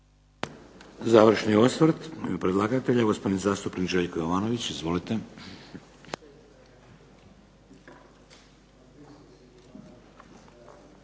Završni osvrt predlagatelja. Gospodin zastupnik Željko Jovanović, izvolite.